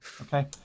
Okay